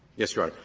yes, your honor.